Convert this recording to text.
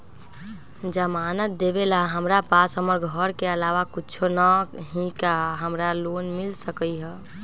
जमानत देवेला हमरा पास हमर घर के अलावा कुछो न ही का हमरा लोन मिल सकई ह?